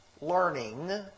learning